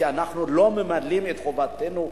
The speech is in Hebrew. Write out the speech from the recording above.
כי אנחנו לא ממלאים את חובתנו הציבורית.